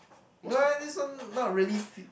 no eh this one not really f~